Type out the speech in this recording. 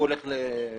הוא הולך לאיבוד.